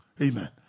Amen